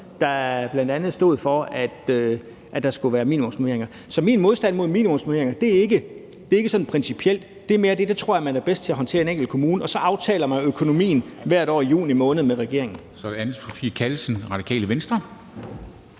der bl.a. stod for, at der skulle være minimumsnormeringer. Så min modstand mod minimumsnormeringer er ikke sådan principiel – det er mere, at det tror jeg man er bedst til at håndtere i den enkelte kommune, og så aftaler man økonomien hvert år i juni måned med regeringen. Kl. 15:59 Formanden : Så er det Anne Sophie Callesen fra Radikale Venstre.